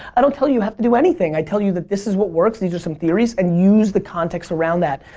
i don't tell you you have to do anything. i tell you that this is what works. these are some theories and use the context around that.